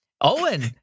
Owen